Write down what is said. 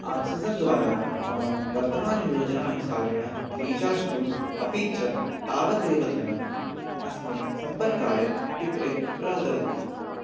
oxygen द्वारा मम वर्तमानयोजनानुसारेण रीचार्ज् कुरु अपि च तावदेव धनम् अस्मै सम्पर्काय पित्रे प्रददातु